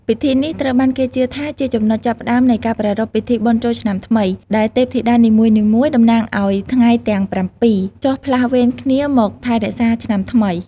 ពិធីនេះត្រូវបានគេជឿថាជាចំណុចចាប់ផ្ដើមនៃការប្រារព្ធពិធីបុណ្យចូលឆ្នាំថ្មី ដែលទេពធីតានីមួយៗតំណាងឲ្យថ្ងៃទាំងប្រាំពីរ ចុះផ្លាស់វេនគ្នាមកថែរក្សាឆ្នាំថ្មី។